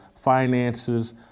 finances